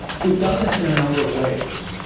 we've done this in a number of ways.